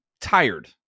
tired